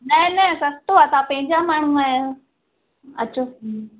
न न सस्तो आहे तव्हां पंहिंजा माण्हू आहियो अचो